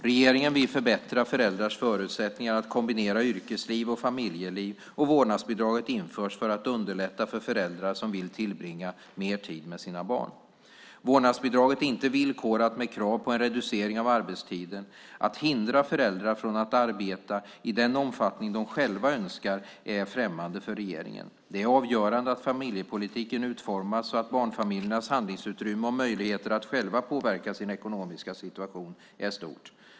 Regeringen vill förbättra föräldrars förutsättningar att kombinera yrkesliv och familjeliv, och vårdnadsbidraget införs för att underlätta för föräldrar som vill tillbringa mer tid med sina barn. Vårdnadsbidraget är inte villkorat med krav på en reducering av arbetstiden. Att hindra föräldrar från att arbeta i den omfattning de själva önskar är främmande för regeringen. Det är avgörande att familjepolitiken utformas så att barnfamiljernas handlingsutrymme och möjligheter att själva påverka sin ekonomiska situation är stort.